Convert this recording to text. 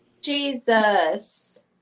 Jesus